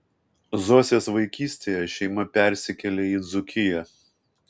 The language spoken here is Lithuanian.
zosės vaikystėje šeima persikėlė į dzūkiją